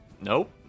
Nope